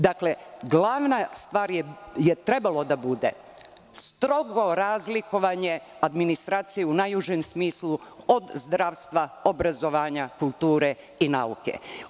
Dakle, glavna stvar je trebalo da bude strogo razlikovanje administracije u najužem smislu od zdravstva, obrazovanja, kulture i nauke.